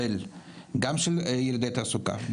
גם של ירידי תעסוקה,